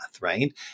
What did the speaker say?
right